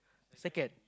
second